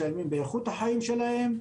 משלמים באיכות החיים שלהם,